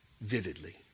vividly